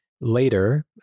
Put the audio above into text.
later